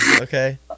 okay